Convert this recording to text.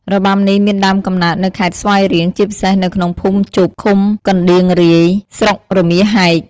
របាំនេះមានដើមកំណើតនៅខេត្តស្វាយរៀង ជាពិសេសនៅក្នុងភូមិជប់ ឃុំកណ្តៀងរាយ ស្រុករមាសហែក។